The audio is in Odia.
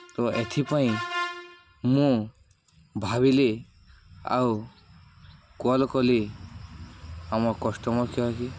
ତ ଏଥିପାଇଁ ମୁଁ ଭାବିଲି ଆଉ କଲ୍ କଲି ଆମ କଷ୍ଟମର୍ କେୟାର୍କେ